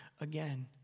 again